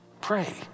pray